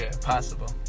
Possible